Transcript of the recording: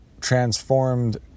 transformed